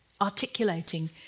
articulating